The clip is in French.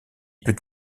peut